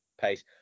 pace